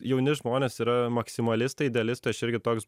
jauni žmonės yra maksimalistai idealistai aš irgi toks